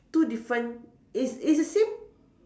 two different it's it's the same